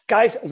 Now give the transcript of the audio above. Guys